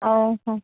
ହଉ ହଉ